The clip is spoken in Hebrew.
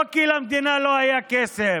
לא כי למדינה לא היה כסף,